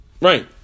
Right